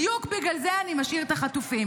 בדיוק בגלל זה אני משאיר את החטופים.